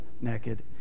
naked